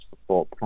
support